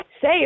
say